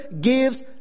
gives